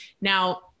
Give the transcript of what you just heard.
Now